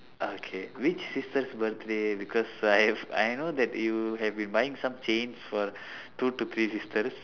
okay which sister's birthday because I have I know that you have been buying some chains for two to three sisters